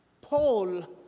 Paul